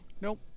Nope